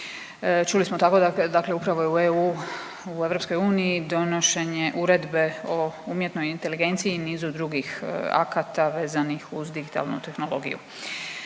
Čuli smo tako dakle upravo je u EU donošenje Uredbe o umjetnoj inteligenciji i nizu drugih akata vezanih uz digitalnu tehnologiju.